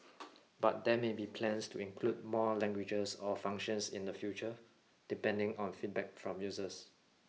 but there may be plans to include more languages or functions in the future depending on feedback from users